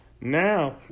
Now